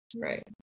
Right